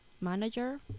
manager